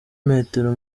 metero